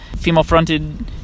female-fronted